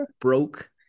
broke